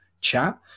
chat